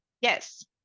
yes